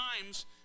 times